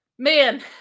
Man